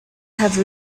have